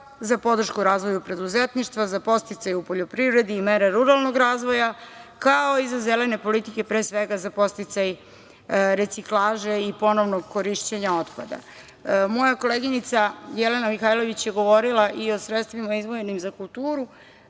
za podršku u razvoju preduzetništva, za podsticaj u poljoprivredi i mere ruralnog razvoja, kao i za zelene politike, pre svega za podsticaj reciklaže i ponovnog korišćenja otpada. Moja koleginica, Jelena Mihajlović je govorila i o sredstvima izdvojenim za kulturu,